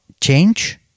change